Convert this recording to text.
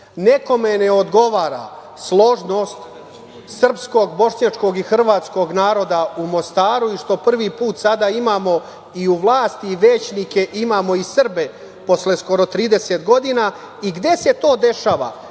ne odgovara složnost srpskog, bošnjačkog i hrvatskog naroda u Mostaru i što prvi put sada imamo i u vlasti većnike, imamo i Srbe posle skoro 30 godina. Gde se to dešava?